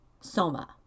soma